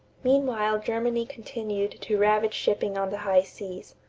meanwhile germany continued to ravage shipping on the high seas.